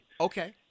Okay